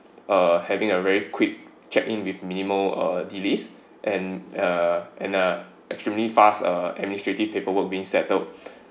uh having a very quick check in with minimal delays and uh and uh extremely fast uh administrative paperwork being settled